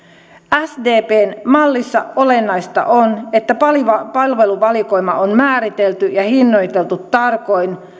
sdpn mallissa olennaista on että palveluvalikoima on määritelty ja hinnoiteltu tarkoin